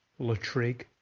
Latrig